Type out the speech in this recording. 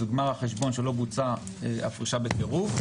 שזה גמר החשבון שלא בוצע הפרשה בקירוב.